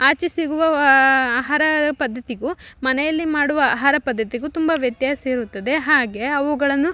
ಆಚೆ ಸಿಗುವಾ ಆಹಾರ ಪದ್ಧತಿಗು ಮನೆಯಲ್ಲಿ ಮಾಡುವ ಅಹಾರ ಪದ್ದತಿಗು ತುಂಬ ವ್ಯತ್ಯಾಸ ಇರುತ್ತದೆ ಹಾಗೆ ಅವುಗಳನ್ನು